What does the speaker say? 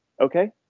okay